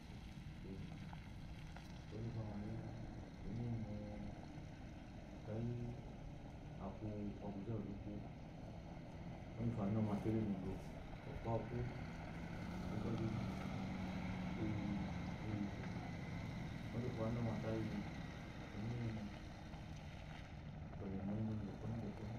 Ta yi kiye mu imama onzu uwufo angɔ le eyi mu eyimo ekeyi akun ɔguze uwu lutu-u onzu uwufo anɔma tele mu odo okpawu kuwo ekeyi aku ukpeji bingha eyi riyi foba onzu uwufo a nɔ fayi enyi eyi mo ama enzu odo kome de ikome